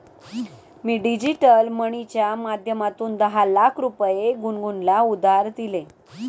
मी digital मनीच्या माध्यमातून दहा लाख रुपये गुनगुनला उधार दिले